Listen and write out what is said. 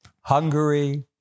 Hungary